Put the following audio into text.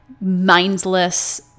mindless